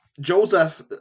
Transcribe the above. Joseph